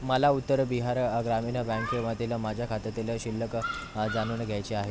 मला उत्तर बिहार ग्रामीण बँकेमधील माझ्या खात्यातील शिल्लक जाणून घ्यायची आहे